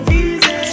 easy